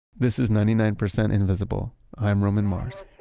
this is ninety nine percent invisible. i'm roman mars